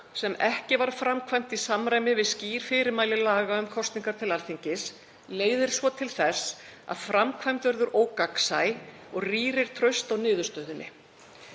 sem ekki var framkvæmd í samræmi við skýr fyrirmæli laga um kosningar til Alþingis, leiðir svo til þess að framkvæmd verður ógagnsæ og rýrir traust á niðurstöðunni.